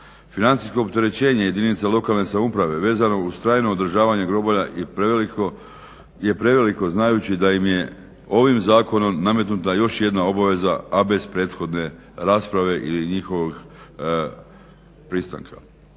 Financijsko opterećenje jedinica lokalne samouprave vezano uz trajno održavanje groblja je preveliko znajući da im je ovim zakonom nametnuta još jedna obaveza, a bez prethodne rasprave ili njihovog pristanka.